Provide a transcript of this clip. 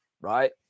Right